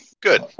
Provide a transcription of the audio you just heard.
Good